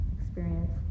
experience